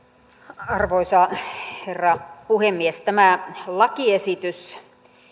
arvoisa herra puhemies tämä lakiesitys